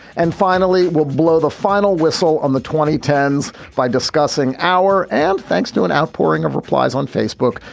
and finally, we'll blow the final whistle on the twenty ten s by discussing our and thanks to an outpouring of replies on facebook,